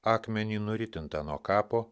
akmenį nuritintą nuo kapo